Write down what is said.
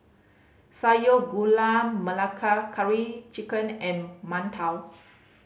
Gula Melaka Curry Chicken and mantou